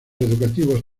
educativos